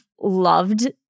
loved